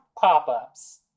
Pop-Ups